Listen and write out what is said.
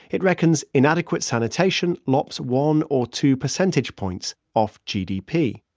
it reckons inadequate sanitation lops one or two percentage points of gdp.